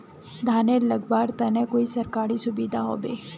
धानेर लगवार तने कोई सरकारी सुविधा होबे?